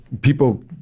people